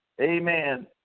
amen